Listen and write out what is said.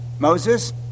Moses